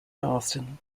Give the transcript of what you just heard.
austin